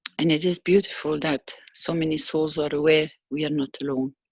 and it is beautiful, that so many souls are aware, we are not alone.